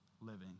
living